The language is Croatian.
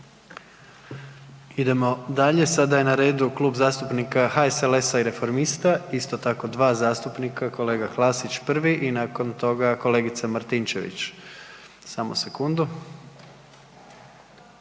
Idemo dalje. Sada je na redu Klub zastupnika HSLS-a i Reformista, isto tako dva zastupnika, kolega Klasić prvi i nakon toga kolegica Martinčević. Samo sekundu,